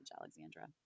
Alexandra